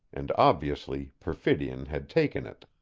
and obviously perfidion had taken it.